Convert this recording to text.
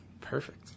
Perfect